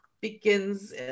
begins